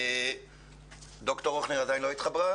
ד"ר הוכנר מתחברת?